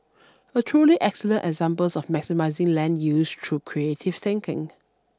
a truly excellent example of maximising land use through creative thinking